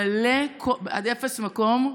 מלא עד אפס מקום,